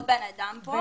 כל בן אדם כאן